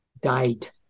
died